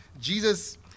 Jesus